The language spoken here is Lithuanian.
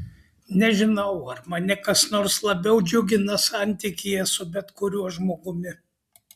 nežinau ar mane kas nors labiau džiugina santykyje su bet kuriuo žmogumi